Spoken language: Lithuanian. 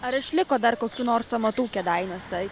ar išliko dar kokiu nors amatų kėdainiuose